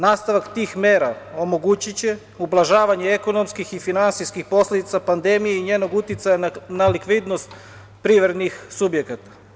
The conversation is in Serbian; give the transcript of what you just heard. Nastavak tih mera omogućiće ublažavanje ekonomskih i finansijskih posledica pandemije i njenog uticaja na likvidnost privrednih subjekata.